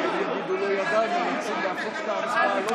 יהיו, ידיים וגם צריך להפוך את ההצבעה.